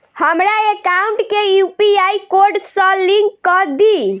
हमरा एकाउंट केँ UPI code सअ लिंक कऽ दिऽ?